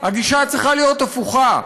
הגישה צריכה להיות הפוכה.